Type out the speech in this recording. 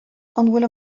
bhfuil